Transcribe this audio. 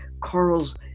corals